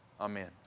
Amen